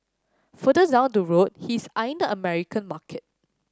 further down the road he is eyeing the American market